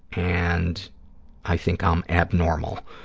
and i think i'm abnormal.